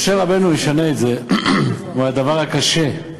משה רבנו ישנה את זה: כמו הדבר הקשה,